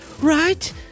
Right